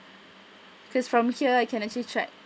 because from here I can actually check